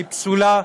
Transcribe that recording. היא פסולה,